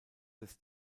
des